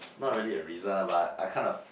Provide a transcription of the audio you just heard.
not really a reason lah but I kind of